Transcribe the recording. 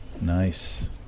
Nice